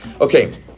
Okay